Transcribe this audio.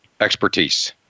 expertise